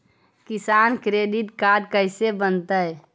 किसान credit card कैसे बनतै?